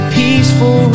peaceful